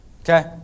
Okay